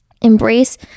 Embrace